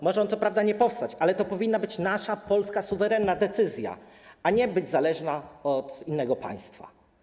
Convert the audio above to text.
Może on co prawda nie powstać, ale to powinna być nasza, polska, suwerenna decyzja, a nie zależna od innego państwa.